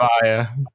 fire